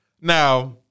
Now